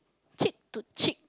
chick to chick